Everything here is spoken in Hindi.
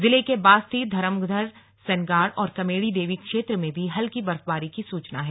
जिले के बास्ती धरमघर सनगाड़ और कमेड़ी देवी क्षेत्र में भी हल्की बर्फबारी की सूचना है